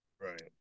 Right